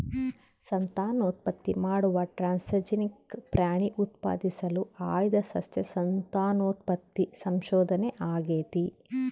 ಸಂತಾನೋತ್ಪತ್ತಿ ಮಾಡುವ ಟ್ರಾನ್ಸ್ಜೆನಿಕ್ ಪ್ರಾಣಿ ಉತ್ಪಾದಿಸಲು ಆಯ್ದ ಸಸ್ಯ ಸಂತಾನೋತ್ಪತ್ತಿ ಸಂಶೋಧನೆ ಆಗೇತಿ